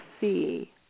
see